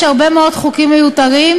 יש הרבה מאוד חוקים מיותרים,